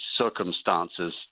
circumstances